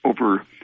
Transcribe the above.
over